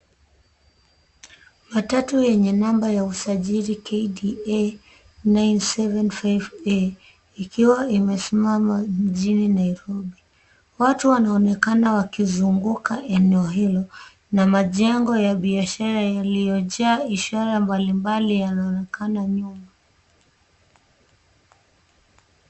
Matatu yenye namba ya usajili KDA 975A ikiwa imesimama jijini Nairobi. Watu wanaonekana wakizunguka eneo hilo na majengo ya biashara yaliyojaa ishara mbalimbali yanaonekana nyuma.